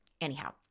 anyhow